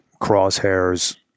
crosshairs